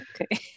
Okay